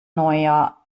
neuer